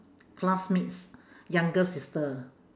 classmates' younger sister